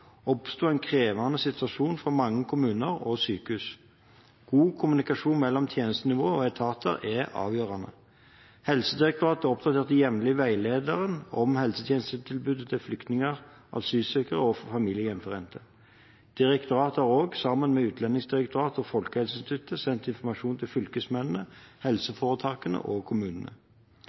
oppsto en krevende situasjon for mange kommuner og sykehus. God kommunikasjon mellom tjenestenivå og etater er avgjørende. Helsedirektoratet oppdaterer jevnlig veilederen om helsetjenestetilbudet til flyktninger, asylsøkere og familiegjenforente. Direktoratet har også, sammen med Utlendingsdirektoratet og Folkehelseinstituttet, sendt informasjon til fylkesmennene, helseforetakene og kommunene.